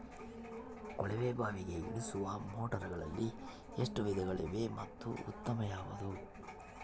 ಕೊಳವೆ ಬಾವಿಗೆ ಇಳಿಸುವ ಮೋಟಾರುಗಳಲ್ಲಿ ಎಷ್ಟು ವಿಧಗಳಿವೆ ಮತ್ತು ಉತ್ತಮ ಯಾವುದು?